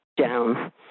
down